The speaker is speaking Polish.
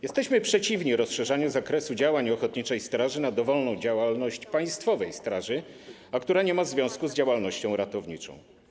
Jesteśmy przeciwni rozszerzaniu zakresu działań ochotniczej straży na dowolną działalność państwowej straży, która nie ma związku z działalnością ratowniczą.